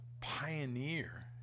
pioneer